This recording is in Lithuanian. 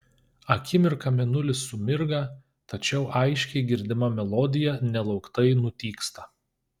akimirką mėnulis sumirga tačiau aiškiai girdima melodija nelauktai nutyksta